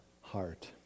heart